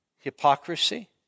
hypocrisy